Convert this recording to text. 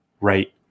right